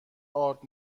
ارد